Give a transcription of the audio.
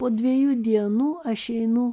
po dviejų dienų aš einu